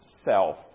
self